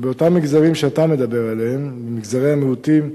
ובאותם מגזרים שאתה מדבר עליהם, מגזרי המיעוטים,